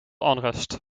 onrust